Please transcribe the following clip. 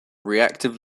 reactive